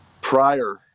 prior